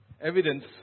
Evidence